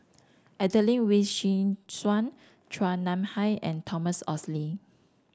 Adelene Wee Chin Suan Chua Nam Hai and Thomas Oxley